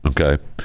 okay